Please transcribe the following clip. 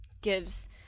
gives